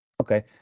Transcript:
okay